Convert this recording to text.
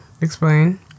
Explain